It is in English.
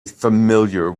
familiar